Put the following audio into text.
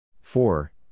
four